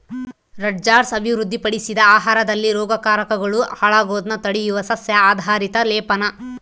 Rutgers ಅಭಿವೃದ್ಧಿಪಡಿಸಿದ ಆಹಾರದಲ್ಲಿ ರೋಗಕಾರಕಗಳು ಹಾಳಾಗೋದ್ನ ತಡೆಯುವ ಸಸ್ಯ ಆಧಾರಿತ ಲೇಪನ